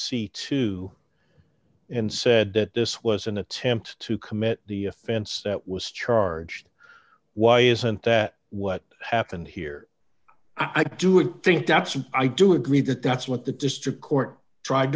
c two and said that this was an attempt to commit the offense that was charged why isn't that what happened here i do it i think that's what i do agree that that's what the district court tried